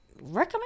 recommend